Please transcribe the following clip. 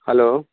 hello